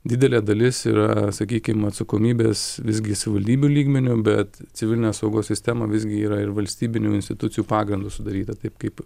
didelė dalis yra sakykim atsakomybės visgi savivaldybių lygmeniu bet civilinės saugos sistema visgi yra ir valstybinių institucijų pagrindu sudaryta taip kaip